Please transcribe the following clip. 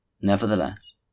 Nevertheless